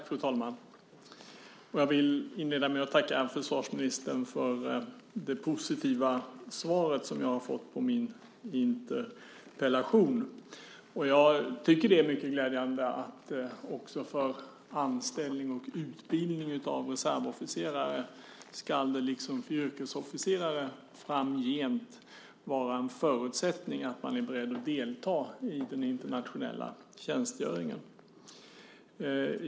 Fru talman! Jag vill inleda med att tacka försvarsministern för det positiva svar som jag har fått på min interpellation. Jag tycker att det är mycket glädjande att det för utbildning till och anställning som reservofficerare, liksom yrkesofficerare, framgent ska vara en förutsättning att man är beredd att delta i den internationella tjänstgöringen.